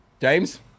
James